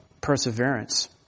perseverance